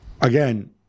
Again